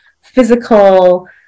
physical